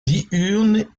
diurnes